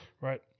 right